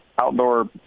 Outdoor